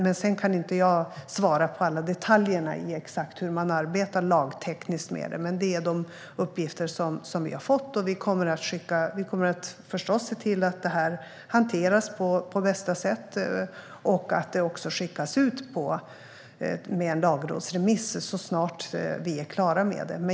Jag kan dock inte svara på alla detaljer och hur man exakt arbetar rent lagtekniskt. Detta är de uppgifter som vi har fått, och vi kommer förstås att se till att det här hanteras på bästa sätt och att det skickas ut med en lagrådsremiss så snart allt är klart.